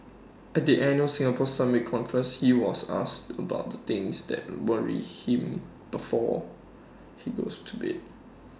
at the annual Singapore summit conference he was asked about the things that worry him before he goes to bed